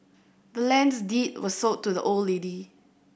the land's deed was sold to the old lady